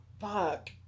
Fuck